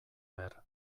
behar